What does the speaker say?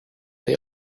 they